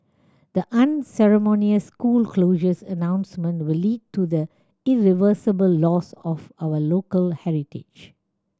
the unceremonious school closures announcement will lead to the irreversible loss of our local heritage